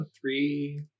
Three